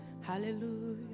Hallelujah